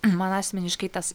man asmeniškai tas